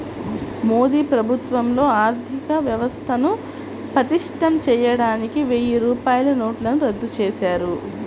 మోదీ ప్రభుత్వంలో ఆర్ధికవ్యవస్థను పటిష్టం చేయడానికి వెయ్యి రూపాయల నోట్లను రద్దు చేశారు